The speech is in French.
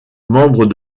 membres